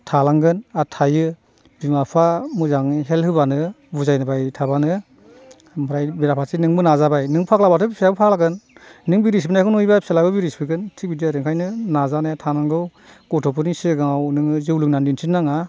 थालांगोन आरो थायो बिमा बिफा मोजाङै हेल्प होब्लानो बुजायबाय थाब्लानो ओमफ्राय बेराफारसे नोंबो नाजाबाय नों फाग्लाबाथ' फिसाज्लायाबो फाग्लाजागोन नों बिरि सोबनाय नुयोब्लाथ' फिसालायबो बिरि सोबगोन थिख बिदि आरो ओंखायनो नाजानाया थानांगौ गथ'फोरनि सिगाङाव नों जौ लोंनानै दिन्थिनो नाङा